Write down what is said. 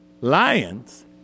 Lions